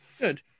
Good